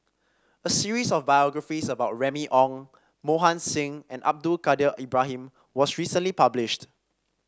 a series of biographies about Remy Ong Mohan Singh and Abdul Kadir Ibrahim was recently published